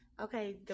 okay